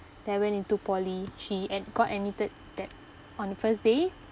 that I went into poly she ad~ got admitted that on the first day